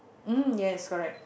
um yes correct